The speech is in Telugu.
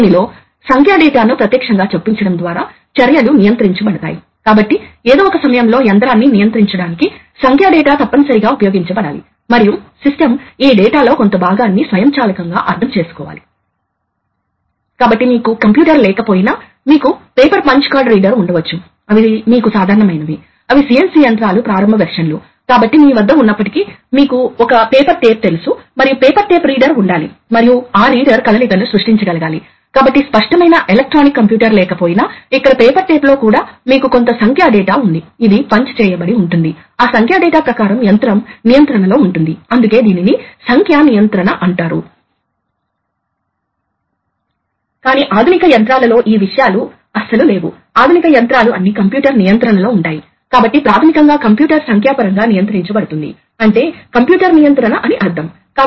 కాబట్టి సాధారణంగా దీనిని అవుట్గోయింగ్ ప్రవాహంలో ఉంచడానికి ఇష్టపడతారు ఎందుకంటే ఇది బ్యాక్ ప్రెజర్ను సృష్టిస్తుంది ఇది సిలిండర్ వాల్వ్ యొక్క కదలికను స్టేబుల్ గా ఉంచుతుంది కాబట్టి సిలిండర్ వేగంగా కదులుతున్న క్షణం నుండి వెంటనే ఫ్లో కంట్రోల్ వాల్వ్ సిలిండర్ ను క్షీణింపజేసే కొంత ప్రెషర్ ని అభివృద్ధి చేస్తుంది కాబట్టి ఇది ఒక రకమైన నెగటివ్ ఫీడ్బ్యాక్ మరియు ఇది సిలిండర్ కదలికను స్టెబిలైజ్ చేస్తుంది కాబట్టి అప్లికేషన్ ఇక్కడ చూపబడింది ఇది హైడ్రాలిక్స్ విషయంలో ద్రవం ప్రవహించేటప్పుడు అది ఈ మార్గం గుండా ప్రవహిస్తుంది కాబట్టి చెక్ వాల్వ్ ఉంది అది ఫ్లో కంట్రోల్ వాల్వ్ ను బైపాస్ చేస్తుంది కనుక ఇది ఈ మార్గానికి వెళుతుంది మరియు ఇది ఇక్కడ ప్రవేశిస్తుంది కాని ద్రవం బయటకు వస్తున్నప్పుడు స్పష్టంగా చెక్ వాల్వ్ గుండా వెళ్ళలేము ఎందుకంటే ఇది ఈ విధంగా ప్రవహించదు